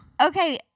Okay